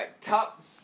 Top